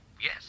Yes